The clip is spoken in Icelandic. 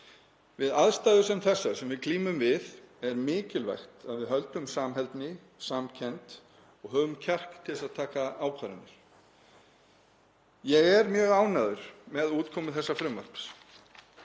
Við aðstæður sem þessar, sem við glímum við, er mikilvægt að við höldum samheldni, samkennd og höfum kjark til að taka ákvarðanir. Ég er mjög ánægður með útkomu þessa frumvarps.